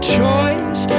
choice